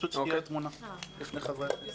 פשוט שתהיה התמונה המלאה בפני חברי הכנסת.